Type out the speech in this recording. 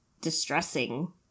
distressing